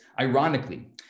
ironically